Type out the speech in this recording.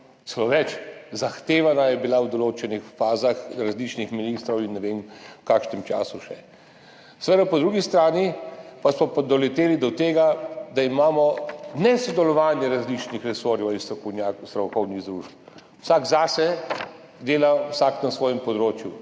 Celo več, zahtevana je bila v določenih fazah različnih ministrov in ne vem, v kakšnem času še. Po drugi strani pa smo doleteli do tega, da imamo nesodelovanje različnih resorjev in strokovnjakov, strokovnih združb, vsak zase dela vsak na svojem področju.